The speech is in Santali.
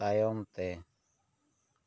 ᱛᱟᱭᱚᱢ ᱛᱮ